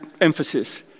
emphasis